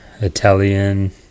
Italian